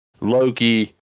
Loki